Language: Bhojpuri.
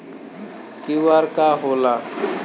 क्यू.आर का होला?